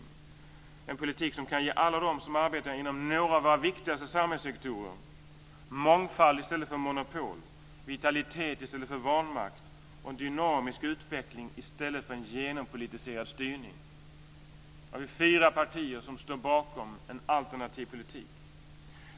Det är en politik som kan ge alla dem som arbetar inom några av våra viktigaste samhällssektorer mångfald i stället för monopol, vitalitet i stället för vanmakt och dynamisk utveckling i stället för en genompolitiserad styrning. Vi är fyra partier som står bakom en alternativ politik.